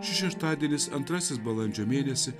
šis šeštadienis antrasis balandžio mėnesį